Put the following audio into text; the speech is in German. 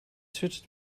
schüttet